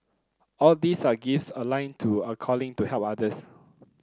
all these are gifts aligned to a calling to help others